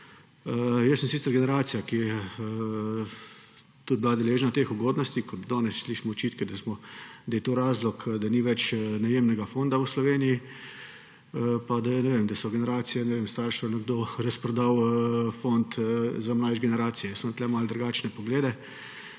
Jaz sem sicer generacija, ki je bila deležna teh ugodnosti. Danes slišimo očitke, da je to razlog, da ni več najemnega fonda v Sloveniji, pa ne vem, da so generacije staršev razprodale fond za mlajše generacije. Jaz imam tu malo drugačne poglede,